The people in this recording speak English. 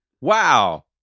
Wow